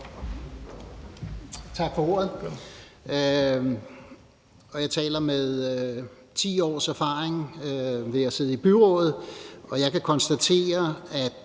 Tak for ordet. Jeg taler med 10 års erfaring ved at have siddet i byrådet, og jeg kan konstatere,